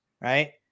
right